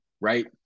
right